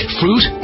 fruit